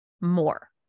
more